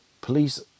police